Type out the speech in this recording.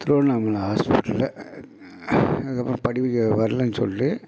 திருவண்ணாமலை ஹாஸ்பிடலில் அதுக்கப்புறம் படிப்பு ஏ வரலன்னு சொல்லிட்டு